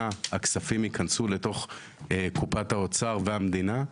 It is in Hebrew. הכספים ייכנסו לתוך קופת האוצר והמדינה,